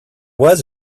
was